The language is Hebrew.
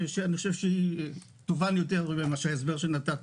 שאני חושב שהיא תובן יותר מההסבר שנתתי.